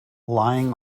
lying